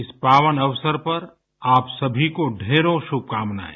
इस पावन अवसर पर आप सभी को ढ़ेरों शुभकामनाएं